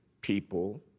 people